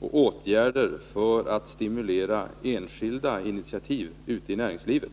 och om åtgärder för att stimulera enskilda initiativ i näringslivet.